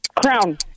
Crown